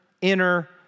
inner